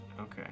Okay